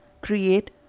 create